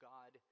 God